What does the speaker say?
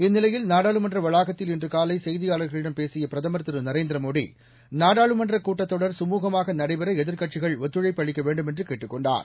இந்நிலையில் நாடாளுமன்ற வளாகத்தில் இன்று காலை செய்தியாளர்களிடம் பேசிய பிரதம் திரு நரேந்திரமோடி நாடாளுமன்ற கூட்டத்தொடர் கமூகமாக நடைபெற எதிர்க்கட்சிகள் ஒத்துழைப்பு அளிக்க வேண்டுமென்று கேட்டுக் கொண்டார்